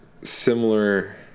similar